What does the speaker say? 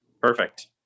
Perfect